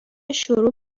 شروع